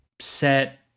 set